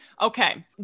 okay